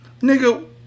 Nigga